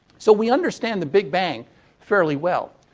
so, we understand the big bang fairly well.